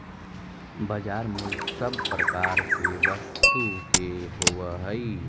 बाजार मूल्य सब प्रकार के वस्तु के होवऽ हइ